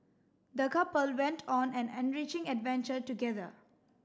the couple went on an enriching adventure together